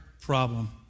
problem